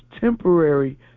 temporary